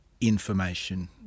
information